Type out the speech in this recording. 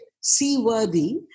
seaworthy